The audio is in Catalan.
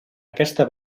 aquesta